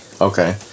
Okay